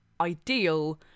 ideal